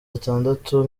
atandatu